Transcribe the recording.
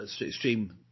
extreme